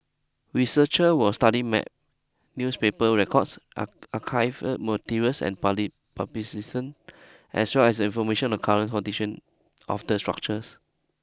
researchers will study maps newspaper records arc archival materials and parley as well as information on current conditions of the structures